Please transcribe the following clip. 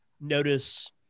notice